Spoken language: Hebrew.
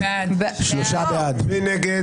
מי נגד?